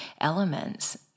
elements